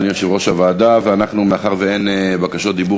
בתקנות ההגנה (שעת-חירום) מאחר שההסדר המוצע